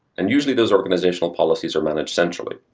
and usually those organizational policies are managed centrally.